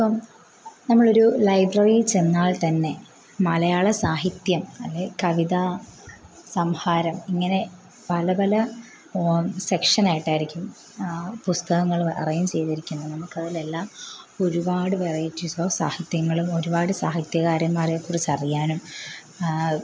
ഇപ്പം നമ്മളൊരു ലൈബ്രറിയിൽ ചെന്നാൽ തന്നെ മലയാള സാഹിത്യം അല്ലെൽ കവിത സംഹാരം ഇങ്ങനെ പല പല സെക്ഷനായിട്ടായിരിക്കും പുസ്തകങ്ങള് അറേയ്ഞ്ച് ചെയ്തിരിക്കുന്നത് നമുക്കതിലെല്ലാം ഒരുപാട് വെറൈറ്റിസ് ഓഫ് സാഹിത്യങ്ങളും ഒരുപാട് സാഹിത്യകാരന്മാരെക്കുറിച്ചറിയാനും